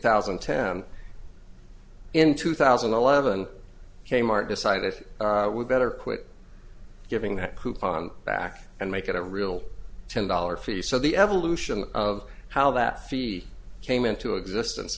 thousand and ten in two thousand and eleven kmart decided it would better quit giving that coupon back and make it a real ten dollars fee so the evolution of how that fee came into existence